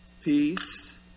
peace